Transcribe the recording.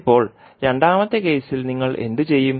ഇപ്പോൾ രണ്ടാമത്തെ കേസിൽ നിങ്ങൾ എന്തു ചെയ്യും